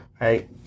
right